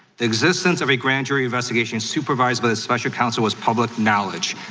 the existence of a grand jury investigation supervised by the special counsel was public knowledge,